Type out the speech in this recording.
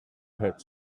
had